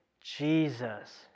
Jesus